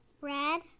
red